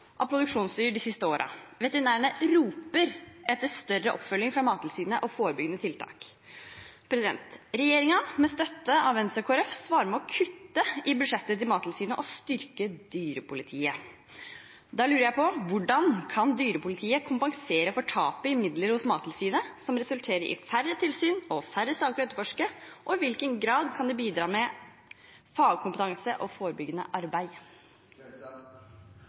av produksjonsdyr de siste årene. Veterinærene roper etter tettere oppfølging fra Mattilsynet og forebyggende tiltak. Regjeringen, med støtte fra Venstre og Kristelig Folkeparti, svarer med å kutte i budsjettet til Mattilsynet og styrke dyrepolitiet. Da lurer jeg på hvordan dyrepolitiet kan kompensere for tapet av midler til Mattilsynet, som resulterer i færre tilsyn og færre saker å etterforske. Og i hvilken grad kan de bidra med fagkompetanse og forebyggende arbeid?